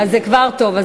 אז זה כבר טוב.